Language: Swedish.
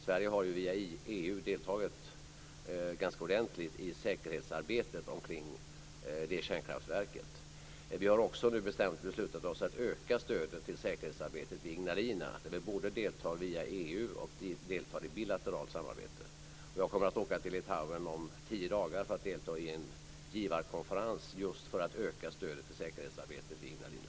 Sverige har via EU deltagit i säkerhetsarbetet när det gäller det kärnkraftverket. Vi har också beslutat oss för att öka stödet till säkerhetsarbetet vid Ignalina, och vi deltar i det arbetet både via EU och via bilateralt samarbete. Jag kommer att åka till Litauen om tio dagar för att delta i en givarkonferens för att öka stödet till säkerhetsarbetet vid Ignalina.